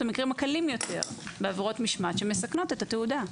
המקרים הקלים יותר בעבירות משמעת שמסכנים את התעודה.